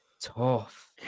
Tough